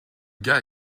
gars